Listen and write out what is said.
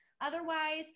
Otherwise